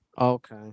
Okay